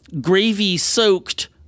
gravy-soaked